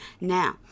now